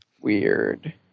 Weird